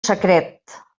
secret